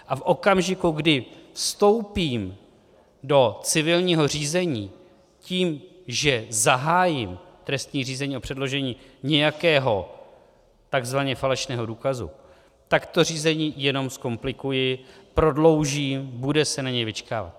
A v okamžiku, kdy vstoupím do civilního řízení tím, že zahájím trestní řízení o předložení nějakého takzvaně falešného důkazu, tak to řízení jenom zkomplikuji, prodloužím, bude se na něj vyčkávat.